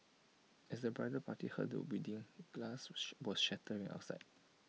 as the bridal party huddled within glass was shattering outside